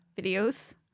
videos